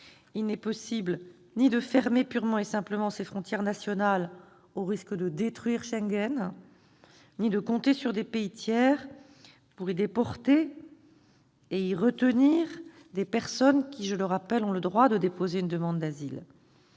Il n'est possible ni de fermer purement et simplement ses frontières nationales, au risque de détruire Schengen, ni de compter sur des pays tiers pour y déporter et y retenir des personnes qui, je le rappelle, ont le droit de déposer une demande d'asile.